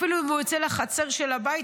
אפילו אם הוא יוצא לחצר של הבית,